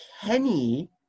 Kenny